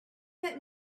that